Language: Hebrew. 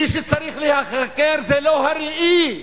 מי שצריך להיחקר זה לא הראי,